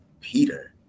Peter